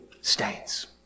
stains